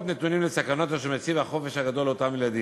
נתונים לסכנות אשר מציב החופש הגדול לאותם ילדים.